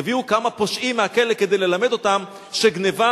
יביאו כמה פושעים מהכלא כדי ללמד אותם שגנבה,